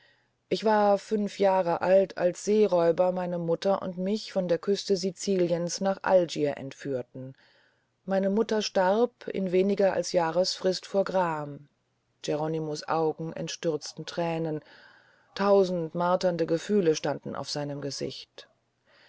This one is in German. ich war fünf jahr alt als seeräuber meine mutter und mich von der küste siciliens nach algier entführten meine mutter starb in weniger als jahresfrist vor gram geronimo's augen entstürzten thränen tausend marternde gefühle standen auf seinem gesicht